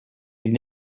elle